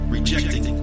Rejecting